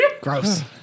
Gross